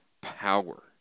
power